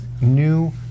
new